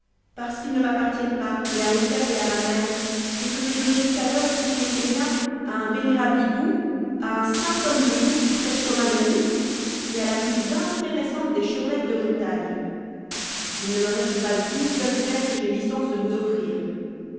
parce qu'ils ne m'appartiennent pas mais a mon père et à ma more et que j'ai donné tout à l'heure ceux qui étaient miens à un vénérable hibou à un saint homme de loup qui prêche comme un ermite et a la plus intéressante des chevrettes de montagne il ne me reste pas une seule fève que j'aie licence de vous offrir